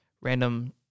random